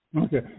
Okay